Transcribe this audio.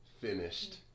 finished